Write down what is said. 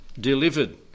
delivered